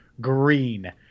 Green